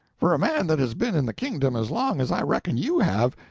for a man that has been in the kingdom as long as i reckon you have,